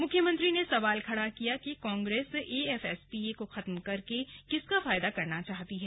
मुख्यमंत्री ने सवाल खड़ा किया कि कांग्रेस अफ्सपा को खत्म करके किसका फायदा कराना चाहती है